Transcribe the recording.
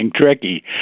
tricky